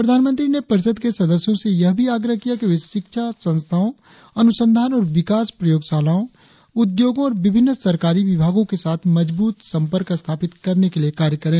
प्रधानमंत्री ने परिषद के सदस्यों से यह भी आग्रह किया कि वे शिक्षा संस्थाओं अनुसंधान और विकास प्रयोगशालाओं उद्योगों और विभिन्न सरकारी विभागों के साथ मजबूत संपर्क स्थापित करने के लिए कार्य करें